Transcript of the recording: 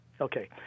Okay